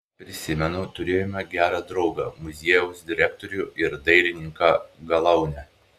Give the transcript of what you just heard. prisimenu turėjome gerą draugą muziejaus direktorių ir dailininką galaunę